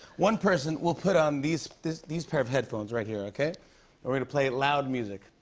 one person will put on these these pair of headphones right here, okay? and we're gonna play loud music.